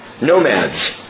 Nomads